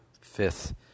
fifth